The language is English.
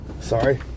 Sorry